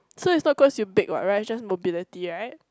so it's not cause you big what right it's just mobility right